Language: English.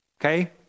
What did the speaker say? Okay